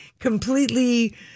Completely